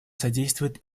содействуют